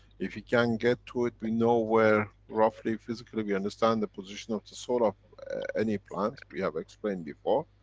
if you can get to it, we know where roughly, physically, we understand the position of the soul of any plant. we have explained before.